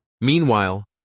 Meanwhile